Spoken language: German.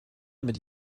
mit